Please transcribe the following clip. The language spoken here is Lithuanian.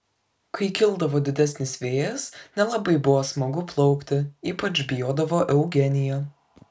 kai kildavo didesnis vėjas nelabai buvo smagu plaukti ypač bijodavo eugenija